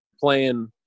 playing